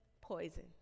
poison